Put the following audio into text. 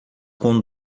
com